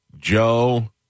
joe